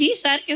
sir.